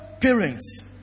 parents